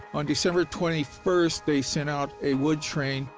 on december twenty first, they sent out a wood train.